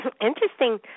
Interesting